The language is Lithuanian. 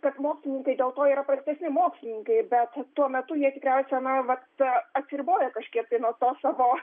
kad mokslininkai dėl to yra prastesni mokslininkai bet tuo metu jie tikriausiai na vat apriboja kažkiek tai nuo to savo